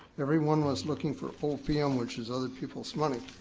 everyone was looking for for opium, which is other people's money.